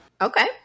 Okay